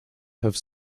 have